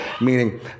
meaning